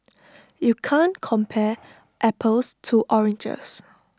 you can't compare apples to oranges